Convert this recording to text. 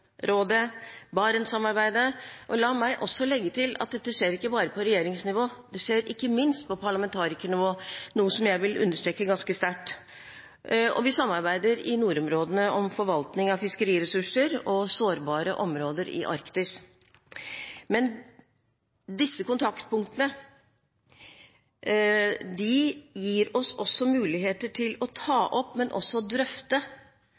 Barentssamarbeidet – og la meg legge til at dette skjer ikke bare på regjeringsnivå; det skjer ikke minst på parlamentarikernivå, noe jeg sterkt vil understreke, og vi samarbeider i nordområdene om forvaltning av fiskeressurser og sårbare områder i Arktis. Disse kontaktpunktene gir oss også muligheter til å ta opp – og drøfte